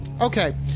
Okay